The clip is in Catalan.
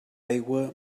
aigua